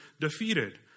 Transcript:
defeated